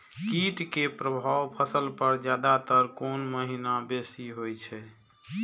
कीट के प्रभाव फसल पर ज्यादा तर कोन महीना बेसी होई छै?